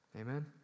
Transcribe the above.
Amen